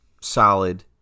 solid